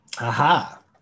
Aha